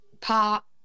pop